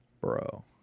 Bro